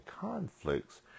conflicts